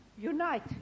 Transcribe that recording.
Unite